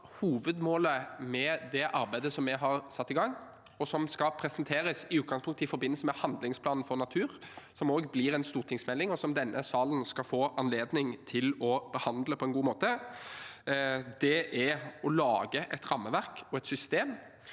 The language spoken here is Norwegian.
hovedmålet med det arbeidet vi har satt i gang, som i utgangspunktet skal presenteres i forbindelse med handlingsplanen for natur – som blir en stortingsmelding denne salen skal få anledning til å behandle på en god måte – er å lage et rammeverk og et system